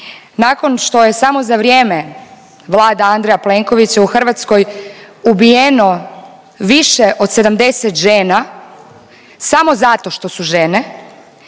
Nakon što je samo za vrijeme Vlade Andreja Plenkovića u Hrvatskoj ubijeno više od 70 žena samo zato što su žene,